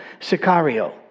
Sicario